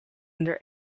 under